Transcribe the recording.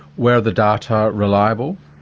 were the data reliable?